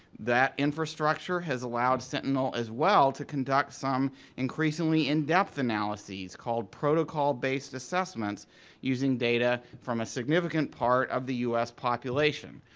that infrastructure has allowed sentinel as well, to conduct some increasingly in-depth analysis, called protocol based assessments using data from a significant part of the u s. population.